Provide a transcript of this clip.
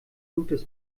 blutes